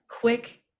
quick